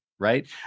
Right